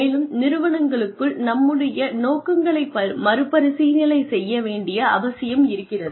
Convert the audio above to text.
மேலும் நிறுவனங்களுக்குள் நம்முடைய நோக்கங்களை மறுபரிசீலனை செய்ய வேண்டிய அவசியம் இருக்கிறது